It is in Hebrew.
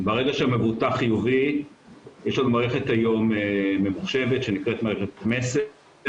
ברגע שהמבוטח חיובי יש לנו היום מערכת ממוחשבת שנקראת מערכת 'מסר',